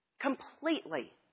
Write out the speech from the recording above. Completely